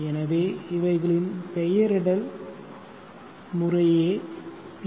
எனவே இவைகளின் பெயரிடல் முறையே பி